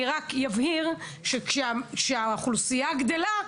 אני רק אבהיר שכאשר האוכלוסייה גדלה,